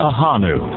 Ahanu